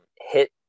hit